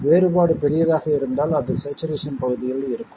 வேறுபாடு பெரியதாக இருந்தால் அது ஸ்சேச்சுரேசன் பகுதியில் இருக்கும்